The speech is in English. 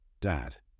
Dad